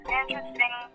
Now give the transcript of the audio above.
interesting